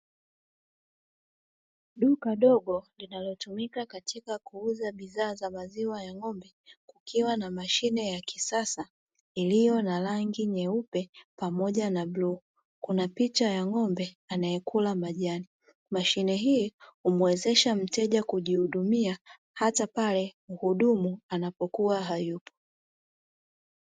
Duka dogo linayotumika katika kuuza bidhaa za maziwa ya ng'ombe ikiwa na mashine ya kisasa iliyo na rangi nyeupe pamoja na bluu kuna picha ya ng'ombe anayekula majani mashine ,hii humuwezesha mteja kujihudumia hata pale mhudumu anapokuwa hayupo.